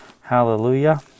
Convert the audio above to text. Hallelujah